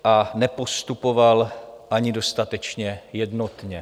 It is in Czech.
A nepostupoval ani dostatečně jednotně.